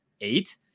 Eight